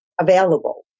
available